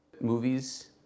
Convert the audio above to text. Movies